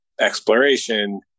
exploration